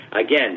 Again